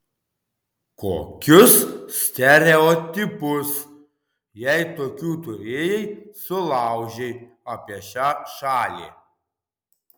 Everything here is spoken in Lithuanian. kokius stereotipus jei tokių turėjai sulaužei apie šią šalį